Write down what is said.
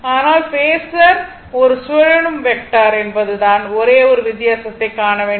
ஆனால் பேஸர் ஒரு சுழலும் வெக்டர் என்பது தான் ஒரே ஒரு வித்தியாசத்தைக் காண வேண்டும்